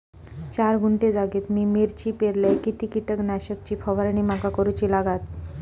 चार गुंठे जागेत मी मिरची पेरलय किती कीटक नाशक ची फवारणी माका करूची लागात?